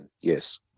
Yes